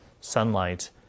sunlight